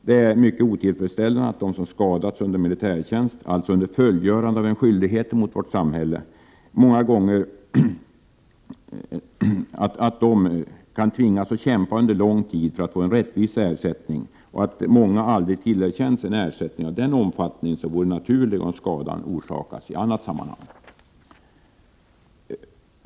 Det är mycket otillfredsställande att de som skadats under militärtjänst — alltså under fullgörande av en skyldighet mot vårt samhälle — kan tvingas kämpa under lång tid för att få en rättvis ersättning och att många aldrig tillerkänns en ersättning av den omfattning som vore naturlig om skadan orsakats i annat sammanhang.